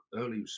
early